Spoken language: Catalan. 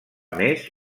més